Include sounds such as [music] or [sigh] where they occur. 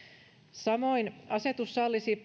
samoin asetus sallisi [unintelligible]